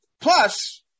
Plus